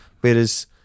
whereas